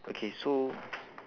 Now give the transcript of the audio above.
okay so